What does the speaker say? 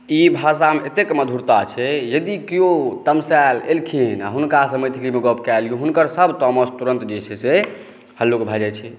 ई भाषामे एतेक मधुरता छै यदि केओ तमसायल एलखिन आ हुनकासॅं मैथिलीमे गप कए लिओ सभ तामस तुरत जे छै हलुक भए जाइ छै